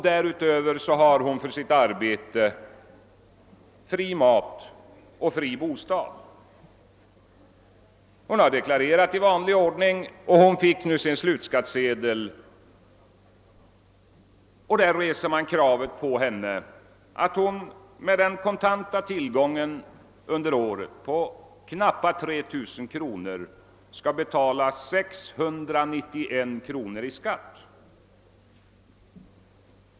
Därutöver har hon fri mat och bostad för sitt arbete. Hon har deklarerat i vanlig ordning och fick nu sin slutskattesedel vari man reser kravet på henne att hon med den kontanta inkomsten under året på knappt 3000 kronor skall betala 691 kronor i skatt.